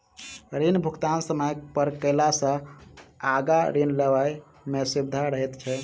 ऋण भुगतान समय पर कयला सॅ आगाँ ऋण लेबय मे सुबिधा रहैत छै